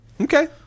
Okay